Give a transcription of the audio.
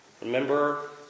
Remember